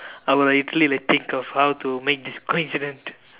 I would like literally like think of how to make this coincident